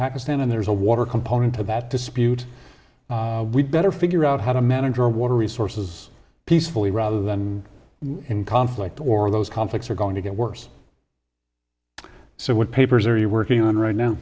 pakistan and there is a water component to that dispute we better figure out how to manage our water resources peacefully rather than in conflict or those conflicts are going to get worse so what papers are you working on right now